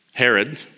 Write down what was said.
Herod